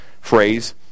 phrase